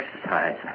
exercise